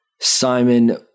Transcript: Simon